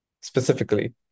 specifically